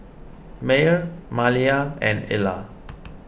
Meyer Maliyah and Ilah